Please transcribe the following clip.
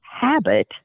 habit